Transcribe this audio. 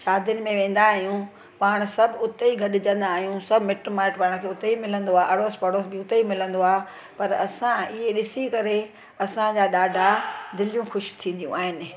शादियुनि में वेंदा आयूं पाण सभु उते ई गॾजंदा आयूं सभु मिटु माइटु पाण खे उते ई मिलंदो आहे आड़ोस पड़ोस बि उते ई मिलंदो आहे पर असां इहे ॾिसी करे असांजा ॾाढा दिलियूं ख़ुशि थींदियूं आहिनि